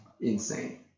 insane